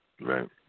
Right